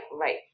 Right